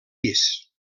pis